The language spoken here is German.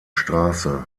straße